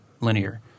linear